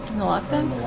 naloxone?